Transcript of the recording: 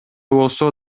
болсо